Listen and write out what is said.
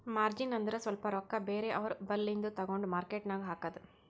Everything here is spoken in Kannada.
ಮಾರ್ಜಿನ್ ಅಂದುರ್ ಸ್ವಲ್ಪ ರೊಕ್ಕಾ ಬೇರೆ ಅವ್ರ ಬಲ್ಲಿಂದು ತಗೊಂಡ್ ಮಾರ್ಕೇಟ್ ನಾಗ್ ಹಾಕದ್